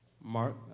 Mark